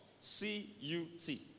C-U-T